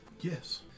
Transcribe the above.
Yes